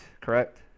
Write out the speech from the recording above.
correct